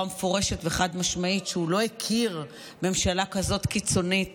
מפורשת וחד-משמעית שהוא לא הכיר ממשלה כזאת קיצונית